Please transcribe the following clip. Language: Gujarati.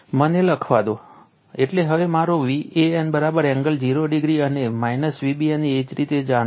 મને લખવા દો એટલે હવે મારો Van એંગલ 0o અને Vbn એવી જ રીતે જાણો